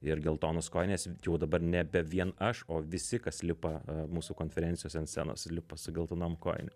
ir geltonos kojinės jau dabar nebe vien aš o visi kas lipa mūsų konferencijos ant scenos lipa su geltonom kojinėm